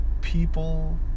people